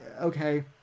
Okay